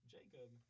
Jacob